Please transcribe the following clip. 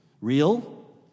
real